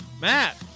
Matt